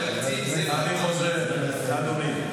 אדוני,